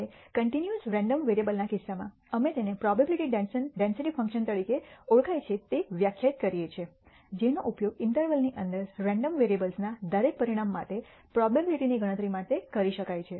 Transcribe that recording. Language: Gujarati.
હવે કન્ટિન્યૂઅસ રેન્ડમ વેરીએબલના કિસ્સામાં અમે તેને પ્રોબેબીલીટી ડેન્સિટી ફંકશન તરીકે ઓળખાય છે તે વ્યાખ્યાયિત કરીએ છીએ જેનો ઉપયોગ ઈન્ટરવલ ની અંદર રેન્ડમ વેરીએબ્લસના દરેક પરિણામ માટે પ્રોબેબીલીટીની ગણતરી માટે કરી શકાય છે